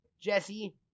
Jesse